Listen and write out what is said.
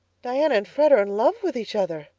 diana and fred are in love with each other,